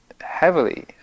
heavily